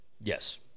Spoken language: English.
Yes